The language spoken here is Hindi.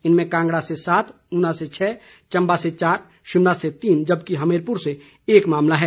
इनमें कांगड़ा से सात उना से छः चंबा से चार शिमला से तीन जबकि हमीरपुर से एक मामला है